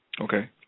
Okay